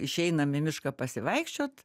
išeinam į mišką pasivaikščiot